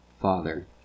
father